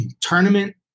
tournament